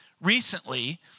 recently